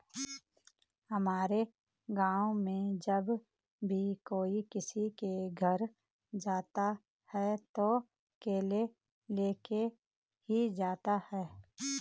हमारे गाँव में जब भी कोई किसी के घर जाता है तो केले लेके ही जाता है